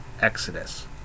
Exodus